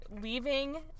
leaving